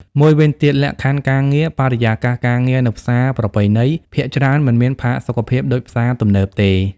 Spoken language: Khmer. មួយវិញទៀតលក្ខខណ្ឌការងារ បរិយាកាសការងារនៅផ្សារប្រពៃណីភាគច្រើនមិនមានផាសុកភាពដូចផ្សារទំនើបទេ។